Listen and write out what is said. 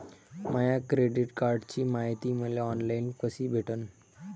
माया credit कार्डची मायती मले ऑनलाईन कसी भेटन?